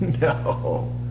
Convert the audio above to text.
no